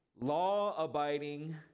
law-abiding